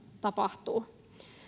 tapahtuu